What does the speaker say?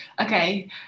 okay